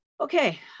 okay